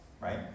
right